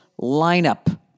lineup